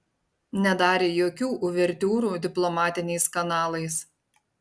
nedarė jokių uvertiūrų diplomatiniais kanalais